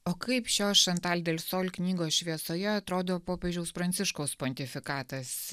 o kaip šios šantal delsol knygos šviesoje atrodo popiežiaus pranciškaus pontifikatas